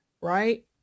Right